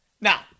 Now